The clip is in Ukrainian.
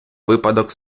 випадок